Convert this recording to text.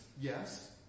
yes